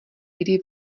kdy